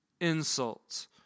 insults